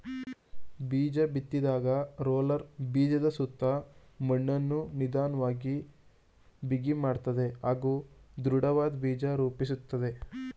ಬೀಜಬಿತ್ತಿದಾಗ roller ಬೀಜದಸುತ್ತ ಮಣ್ಣನ್ನು ನಿಧನ್ವಾಗಿ ಬಿಗಿಮಾಡ್ತದೆ ಹಾಗೂ ದೃಢವಾದ್ ಬೀಜ ರೂಪಿಸುತ್ತೆ